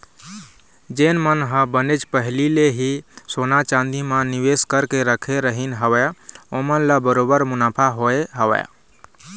जेन मन ह बनेच पहिली ले ही सोना चांदी म निवेस करके रखे रहिन हवय ओमन ल बरोबर मुनाफा होय हवय